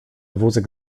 wózek